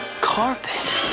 Carpet